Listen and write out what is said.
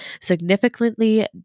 significantly